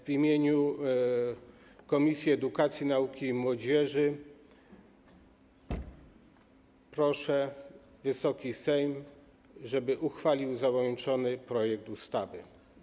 W imieniu Komisji Edukacji, Nauki i Młodzieży proszę Wysoki Sejm, żeby uchwalił załączony projekt ustawy.